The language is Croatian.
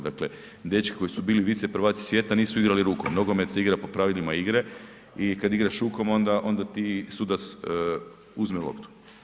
Dakle, dečki koji su bili viceprvaci svijeta nisu igrali rukom, nogomet se igra po pravilima igre i kad igraš rukom onda ti sudac uzme loptu.